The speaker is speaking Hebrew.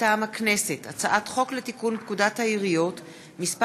מטעם הכנסת: הצעת חוק לתיקון פקודת העיריות (מס'